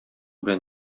белән